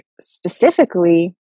specifically